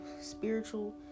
spiritual